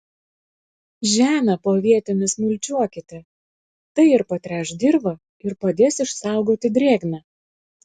žemę po avietėmis mulčiuokite tai ir patręš dirvą ir padės išsaugoti drėgmę